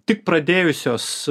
tik pradėjusios